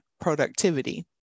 productivity